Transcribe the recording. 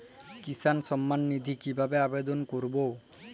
কিষান সম্মাননিধি কিভাবে আবেদন করব?